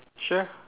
sure